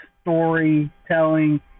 storytelling